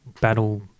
battle